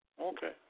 Okay